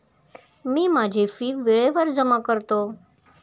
मी माझी फी वेळेवर जमा करतो